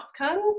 outcomes